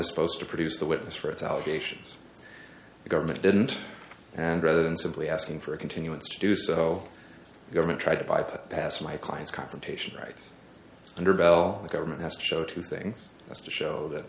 is supposed to produce the witness for its allegations the government didn't and rather than simply asking for a continuance to do so the government tried to bypass my client's confrontation right under bell the government has to show two things just to show that